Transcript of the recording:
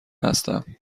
هستم